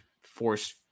force